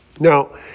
Now